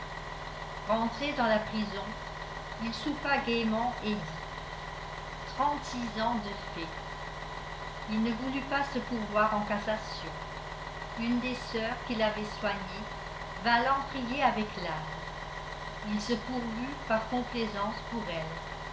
rentré dans la prison il soupa gaiement et dit trente-six ans de faits il ne voulut pas se pourvoir en cassation une des sœurs qui l'avaient soigné vint l'en prier avec larmes il se pourvut par complaisance pour elle